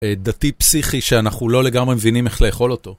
דתי פסיכי שאנחנו לא לגמרי מבינים איך לאכול אותו.